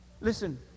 Listen